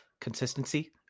consistency